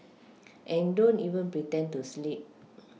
and don't even pretend to sleep